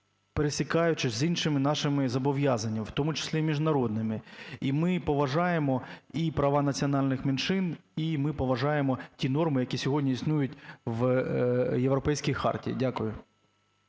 пересікаючись з іншими нашими зобов'язаннями, в тому числі і міжнародними. І ми поважаємо і права національних меншин, і ми поважаємо ті норми, які сьогодні існують в європейських хартіях. Дякую.